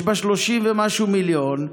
יש בה 30 מיליון ומשהו,